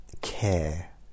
Care